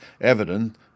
evident